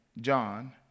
John